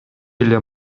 эле